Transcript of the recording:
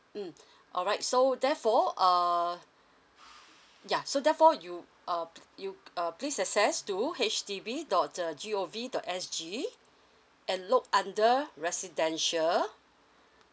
mm alright so therefore err yeah so therefore you uh you uh please access to H D B dot uh G O V dot S G and look under residential